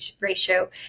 ratio